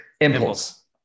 Impulse